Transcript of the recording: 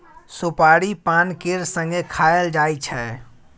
सोपारी पान केर संगे खाएल जाइ छै